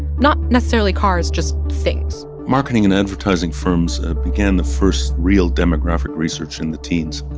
not necessarily cars just things marketing and advertising firms began the first real demographic research in the teens.